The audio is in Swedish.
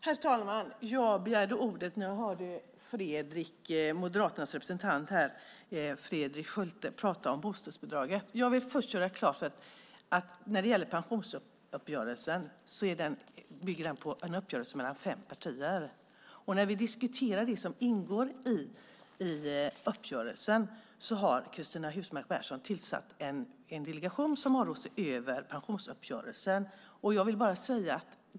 Herr talman! Jag begärde ordet när jag hörde Moderaternas representant Fredrik Schulte prata om bostadsbidraget. Först vill jag göra klart att pensionsuppgörelsen bygger på en uppgörelse mellan fem partier. När vi diskuterar det som ingår i uppgörelsen vill jag säga att Cristina Husmark Pehrsson har tillsatt en delegation som har att se över pensionsuppgörelsen.